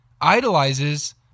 idolizes